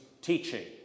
Teaching